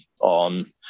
on